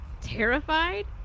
terrified